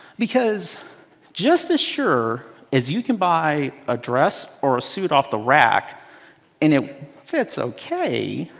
because just as sure as you can buy a dress or a suit off the rack and it fits ok.